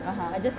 (uh huh)